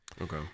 okay